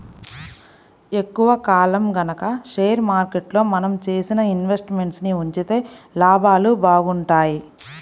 ఎక్కువ కాలం గనక షేర్ మార్కెట్లో మనం చేసిన ఇన్వెస్ట్ మెంట్స్ ని ఉంచితే లాభాలు బాగుంటాయి